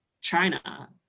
China